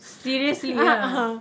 seriously ah